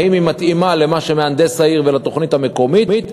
האם היא מתאימה למהנדס העיר ולתוכנית המקומית,